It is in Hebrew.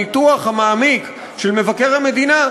הניתוח המעמיק של מבקר המדינה,